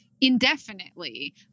indefinitely